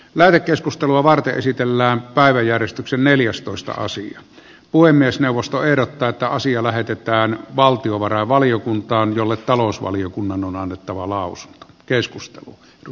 mää keskustelua varten esitellään päiväjärjestyksen neljäs toista asia puhemiesneuvosto ehdottaa että asia lähetetään valtiovarainvaliokuntaan jolle talousvaliokunnan on annettava lausunto